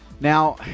Now